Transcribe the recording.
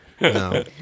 No